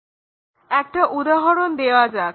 একটা উদাহরণ দেয়া যাক